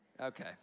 okay